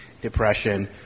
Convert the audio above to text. depression